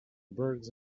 birds